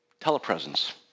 telepresence